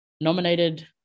nominated